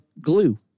glue